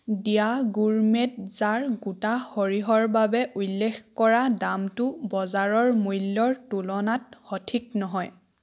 the gourmet jar গোটা সৰিয়হৰ বাবে উল্লেখ কৰা দামটো বজাৰৰ মূল্যৰ তুলনাত সঠিক নহয়